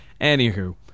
Anywho